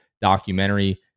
documentary